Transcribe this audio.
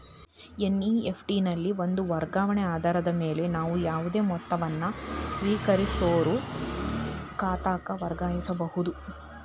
NEFT ನಲ್ಲಿ ಒಂದ ವರ್ಗಾವಣೆ ಆಧಾರದ ಮ್ಯಾಲೆ ನೇವು ಯಾವುದೇ ಮೊತ್ತವನ್ನ ಸ್ವೇಕರಿಸೋರ್ ಖಾತಾಕ್ಕ ವರ್ಗಾಯಿಸಬಹುದ್